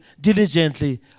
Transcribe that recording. diligently